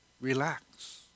relax